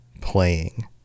playing